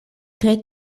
tre